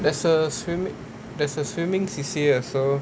there's a swimming there's a swimming C_C_A also